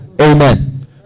amen